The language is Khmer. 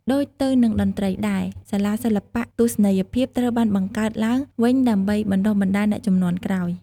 ដូចទៅនឹងតន្ត្រីដែរ សាលាសិល្បៈទស្សនីយភាពត្រូវបានបង្កើតឡើងវិញដើម្បីបណ្តុះបណ្តាលអ្នកជំនាន់ក្រោយ។